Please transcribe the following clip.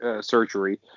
surgery